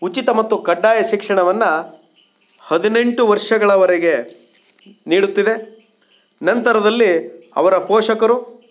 ಉಚಿತ ಮತ್ತು ಕಡ್ಡಾಯ ಶಿಕ್ಷಣವನ್ನು ಹದಿನೆಂಟು ವರ್ಷಗಳವರೆಗೆ ನೀಡುತ್ತಿದೆ ನಂತರದಲ್ಲಿ ಅವರ ಪೋಷಕರು